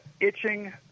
itching